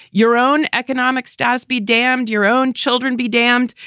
your own economic status be damned. your own children be damned.